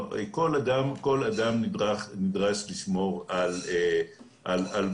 כל אדם נדרש לשמור על בריאותו.